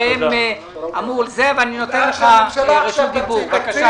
אני רוצה להודות לגפני,